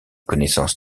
connaissances